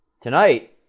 Tonight